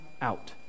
out